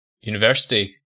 university